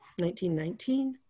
1919